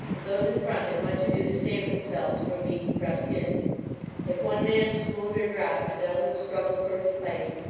that those in front had much ado to save themselves from being thrust in if one man swooned or dropped, a dozen struggled for his place,